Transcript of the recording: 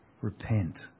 repent